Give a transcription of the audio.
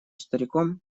стариком